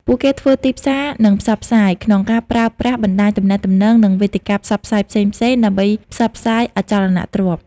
ពួកគេធ្វើទីផ្សារនិងផ្សព្វផ្សាយ ក្នុងការប្រើប្រាស់បណ្តាញទំនាក់ទំនង និងវេទិកាផ្សព្វផ្សាយផ្សេងៗដើម្បីផ្សព្វផ្សាយអចលនទ្រព្យ។